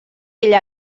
ella